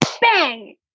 bang